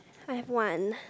I have one